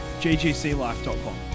ggclife.com